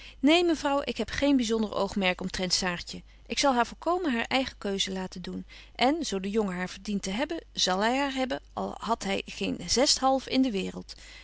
neen mevrouw ik heb geen byzonder oogmerk omtrent saartje ik zal haar volkomen haar eigen keuze laten doen en zo de jongen haar verdient te hebben zal hy haar hebben al hadt hy geen zesthalf in de waereld